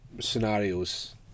scenarios